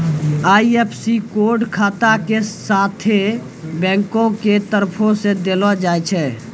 IFSC code खाता के साथे बैंको के तरफो से देलो जाय छै